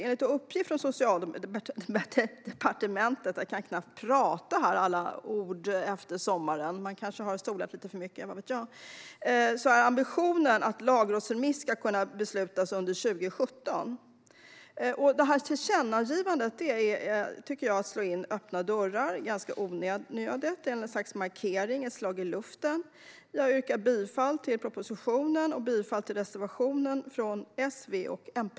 Enligt uppgift från Socialdepartementet är ambitionen att det ska kunna beslutas om en lagrådsremiss under 2017. Tillkännagivandet tycker jag är att slå in öppna dörrar. Det är ganska onödigt, en slags markering, ett slag i luften. Jag yrkar bifall till förslaget i propositionen och till reservationen från S, V och MP.